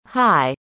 hi